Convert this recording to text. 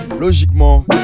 logiquement